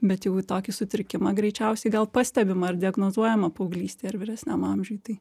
bet jau į tokį sutrikimą greičiausiai gal pastebima ar diagnozuojama paauglystėj ar vyresniam amžiuj tai